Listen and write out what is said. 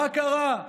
מה קרה?